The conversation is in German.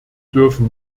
dürfen